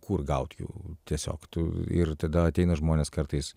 kur gaut jų tiesiog tu ir tada ateina žmonės kartais